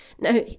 Now